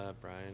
Brian